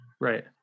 Right